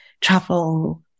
travel